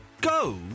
go